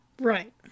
Right